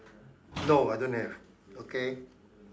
no I don't have okay